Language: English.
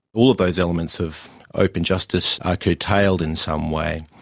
all of those elements of open justice are curtailed in some way,